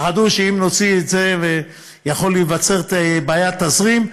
פחדו שאם נוציא את זה, יכולה להיווצר בעיית תזרים.